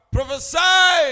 Prophesy